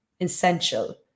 essential